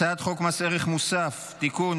הצעת חוק מס ערך מוסף (תיקון,